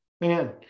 Man